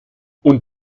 und